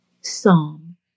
Psalm